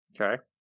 Okay